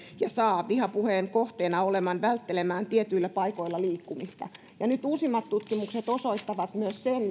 ja saa vihapuheen kohteena olevan välttelemään tietyillä paikoilla liikkumista ja nyt uusimmat tutkimukset osoittavat myös sen